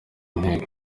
nteko